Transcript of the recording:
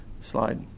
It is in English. slide